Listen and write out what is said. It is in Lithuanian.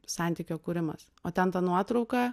santykio kūrimas o ten ta nuotrauka